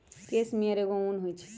case मेयर एगो उन होई छई